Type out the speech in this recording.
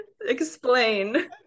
Explain